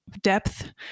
depth